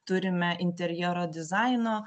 turime interjero dizaino